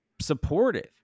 supportive